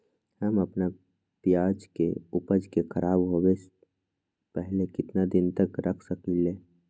हम अपना प्याज के ऊपज के खराब होबे पहले कितना दिन तक रख सकीं ले?